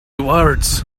words